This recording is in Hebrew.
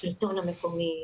השלטון המקומי,